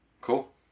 Cool